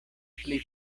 pli